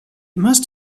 must